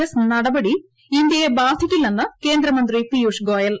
S നടപടി ഇന്ത്യയെ ബാധിക്കില്ലെന്ന് കേന്ദ്രമന്ത്രി പിയൂഷ് ഗോയൽ